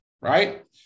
Right